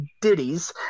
ditties